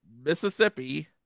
Mississippi